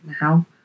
now